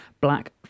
black